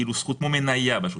כמו מניה.